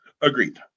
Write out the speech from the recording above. Agreed